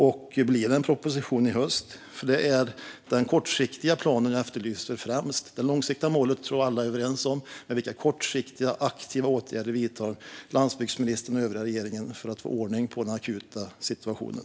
Och blir det en proposition i höst? Det är främst den kortsiktiga planen jag efterlyser. Det långsiktiga målet tror jag att alla är överens om, men vilka kortsiktiga, aktiva åtgärder vidtar landsbygdsministern och övriga regeringen för att få ordning på den akuta situationen?